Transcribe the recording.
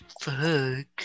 fuck